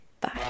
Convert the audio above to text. Bye